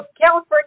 California